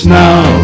now